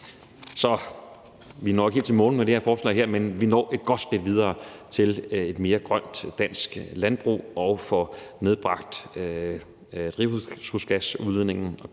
Vi når ikke helt til månen med det her forslag, men vi når et godt skridt videre hen imod et mere grønt dansk landbrug og får nedbragt drivhusgasudledningen,